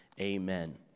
amen